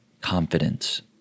confidence